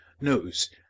knows